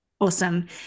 Awesome